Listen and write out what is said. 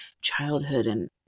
childhood—and